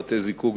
בתי-זיקוק,